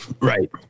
Right